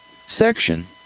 Section